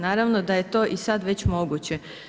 Naravno da je to i sad već moguće.